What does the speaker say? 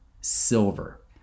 Silver